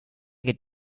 get